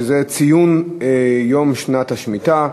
שזה ציון שנת השמיטה,